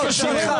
הלאה.